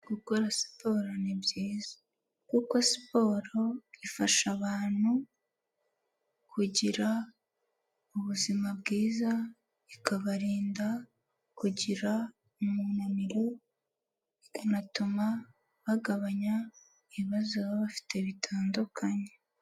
Gukora siporo ni byiza kuko siporo ifasha abantu kugira ubuzima bwiza, ikabarinda kugira umunaniro, ikanatuma bagabanya ibibazo baba bafite bitandukanye.